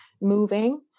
moving